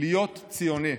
להיות ציוני.